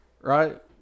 right